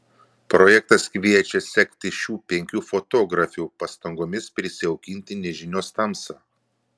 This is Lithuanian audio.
projektas kviečia sekti šių penkių fotografių pastangomis prisijaukinti nežinios tamsą